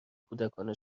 کودکان